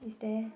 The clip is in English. it's there